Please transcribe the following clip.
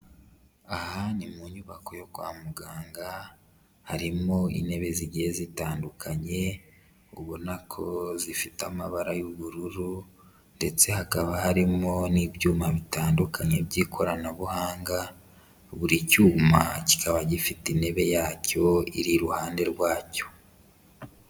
Aha ni mu nyubako yo kwa muganga, harimo intebe zigiyehe zitandukanye ubona ko zifite amabara y'ubururu ndetse hakaba harimo n'ibyuma bitandukanye by'ikoranabuhanga buri cyuma kikaba gifite intebe yacyo iri iruhande rwacyo.